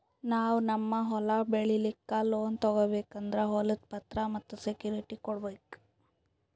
ನಾವ್ ನಮ್ ಹೊಲ ಬೆಳಿಲಿಕ್ಕ್ ಲೋನ್ ತಗೋಬೇಕ್ ಅಂದ್ರ ಹೊಲದ್ ಪತ್ರ ಮತ್ತ್ ಸೆಕ್ಯೂರಿಟಿ ಕೊಡ್ಬೇಕ್